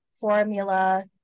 formula